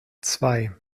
zwei